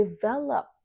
develop